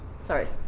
sorry.